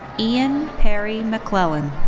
ian perry mcclellan.